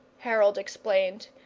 harold explained,